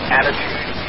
attitude